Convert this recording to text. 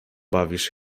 bawisz